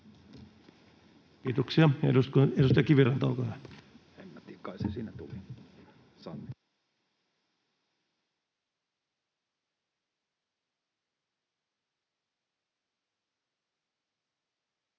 Kiitoksia. — Edustaja Kiviranta, olkaa hyvä.